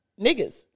niggas